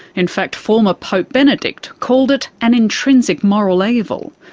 in fact former pope benedict called it an intrinsic moral evil,